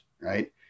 right